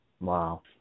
wow